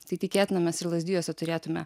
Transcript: tai tikėtina mes ir lazdijuose turėtume